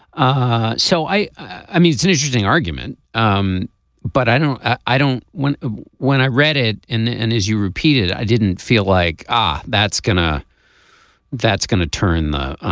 ah so i i mean it's an interesting argument. um but i don't i i don't when ah when i read it and as you repeated i didn't feel like ah that's going to that's going to turn the